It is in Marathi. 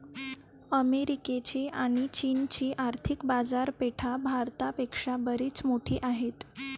अमेरिकेची आणी चीनची आर्थिक बाजारपेठा भारत पेक्षा बरीच मोठी आहेत